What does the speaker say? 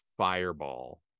fireball